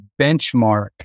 benchmark